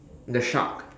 the shark